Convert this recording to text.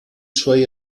suoi